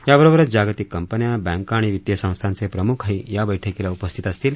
याबरोबरच जागतिक कंपन्या बँका आणि वित्तीय संस्थांचे प्रमुखही याबैठीला उपस्थित असतील